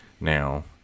now